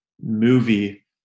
movie